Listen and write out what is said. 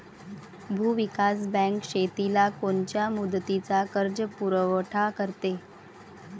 भूविकास बँक शेतीला कोनच्या मुदतीचा कर्जपुरवठा करते?